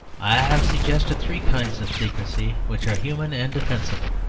i have suggested three kinds of secrecy which are human and defensible.